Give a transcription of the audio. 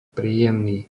príjemný